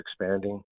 expanding